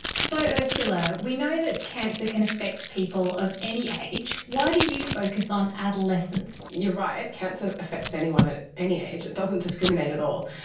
so ursula, we know that cancer can affect people of any age. why do you focus on adolescents? you're right, cancer affects anyone at any age, it doesn't discriminate at all.